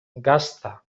gazta